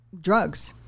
drugs